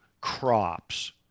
crops